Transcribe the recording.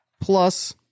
plus